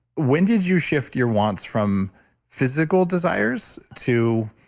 when did you shift your wants from physical desires to,